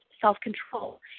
self-control